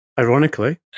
Ironically